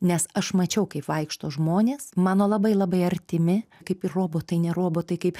nes aš mačiau kaip vaikšto žmonės mano labai labai artimi kaip robotai ne robotai kaip